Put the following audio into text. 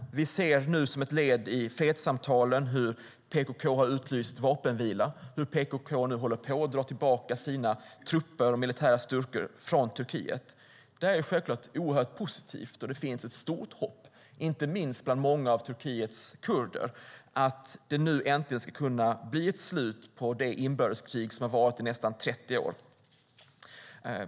Vi ser nu som ett led i fredssamtalen hur PKK har utlyst vapenvila och hur PKK nu håller på att dra tillbaka sina trupper och militära styrkor från Turkiet. Det är självfallet oerhört positivt, och det finns ett stort hopp inte minst bland många av Turkiets kurder om att det nu äntligen ska kunna bli ett slut på det inbördeskrig som har varat i nästan 30 år.